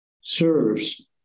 serves